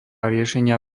riešenia